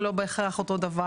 לא בהכרח אותו דבר,